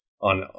on